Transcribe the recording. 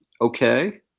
okay